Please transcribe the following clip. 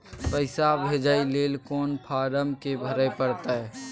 पैसा भेजय लेल कोन फारम के भरय परतै?